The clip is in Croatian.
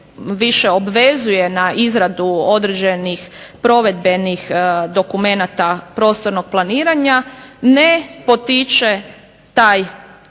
više obvezuje na izradu određenih provedbenih dokumenata prostornog planiranja ne potiče taj